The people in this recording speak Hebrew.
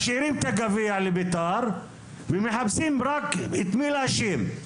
משאירים את הגביע לבית"ר ומחפשים רק את מי להאשים.